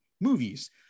movies